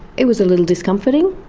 it was a little discomforting.